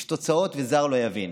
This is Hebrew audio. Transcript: יש תוצאות, וזר לא יבין.